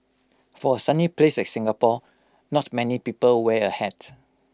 for A sunny place like Singapore not many people wear A hat